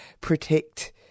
protect